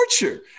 torture